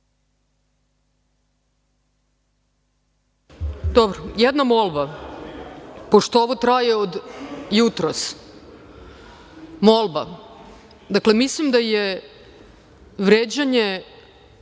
Dobro. Jedna molba pošto ovo traje od jutros, molba, mislim da je vređanje